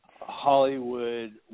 Hollywood